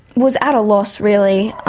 was at a loss really.